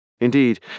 Indeed